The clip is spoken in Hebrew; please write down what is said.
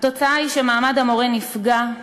התוצאה היא שמעמד המורה נפגע,